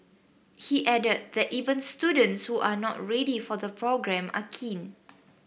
he added that even students who are not ready for the programme are keen